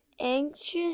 anxious